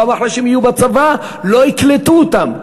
גם אחרי שהם יהיו בצבא לא יקלטו אותם,